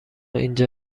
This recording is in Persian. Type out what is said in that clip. اینجا